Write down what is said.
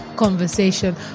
conversation